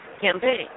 campaign